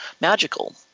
magical